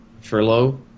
furlough